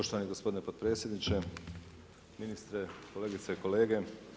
Poštovani gospodine potpredsjedniče, ministre, kolegice i kolege.